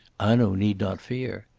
hanaud need not fear.